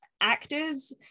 actors